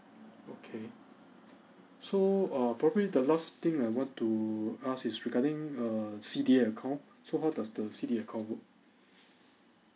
okay so err probably the last thing I want to ask is regarding err C D A account so how does the C D A account work